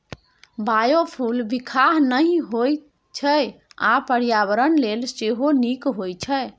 biofuel बिखाह नहि होइ छै आ पर्यावरण लेल सेहो नीक होइ छै